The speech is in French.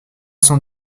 cent